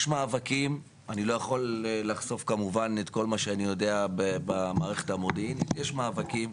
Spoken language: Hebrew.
אני לא יכול לחשוף את כל מה שאני יודע במערכת המודיעינית אבל יש מאבקים,